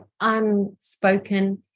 unspoken